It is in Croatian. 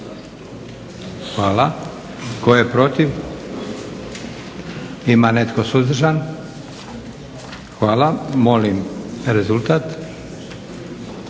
Hvala. Tko je protiv? Hvala. Ima netko suzdržan? Molim rezultat.